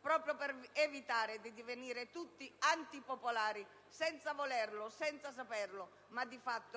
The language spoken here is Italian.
proprio per evitare di divenire tutti antipopolari, senza volerlo e senza saperlo,